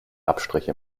abstriche